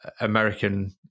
American